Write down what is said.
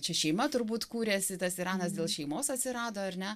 čia šeima turbūt kūrėsi tas iranas dėl šeimos atsirado ar ne